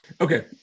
Okay